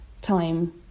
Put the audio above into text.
time